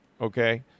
Okay